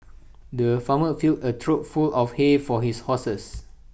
the farmer filled A trough full of hay for his horses